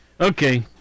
Okay